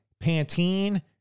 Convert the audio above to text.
Pantene